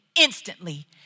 instantly